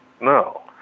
No